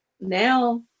now